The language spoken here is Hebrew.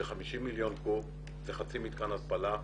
אלה 50 מיליון קוב, זה חצי מתקן התפלה.